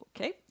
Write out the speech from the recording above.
okay